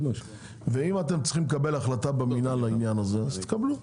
ואם אתם צריכים לקבל החלטה במינהל לעניין הזה אז תקבלו.